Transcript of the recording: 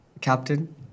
captain